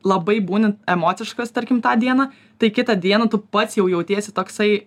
labai būni emociškas tarkim tą dieną tai kitą dieną tu pats jau jautiesi toksai